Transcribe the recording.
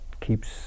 keeps